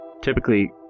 Typically